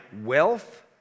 wealth